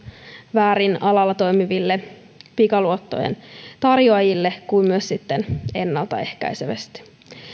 väärin alalla toimiville pikaluottojen tarjoajille kuin myös sitten ennaltaehkäisevästi